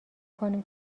کنیم